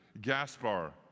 Gaspar